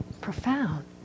profound